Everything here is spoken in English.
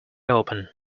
open